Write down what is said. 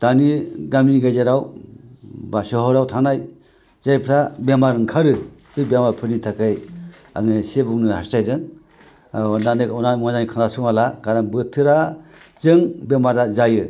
दानि गामि गेजेराव बा सहराव थानाय जायफ्रा बेमार ओंखारो बे बेमारफोरनि थाखाय आङो एसे बुंनो हासथायदों अननानै मोजाङै खोनासङोब्ला बोथोरजों बेमारा जायो